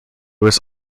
was